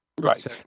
Right